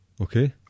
Okay